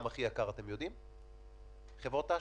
אני ממש לא חשודה באהבת יתר לחברות אשראי.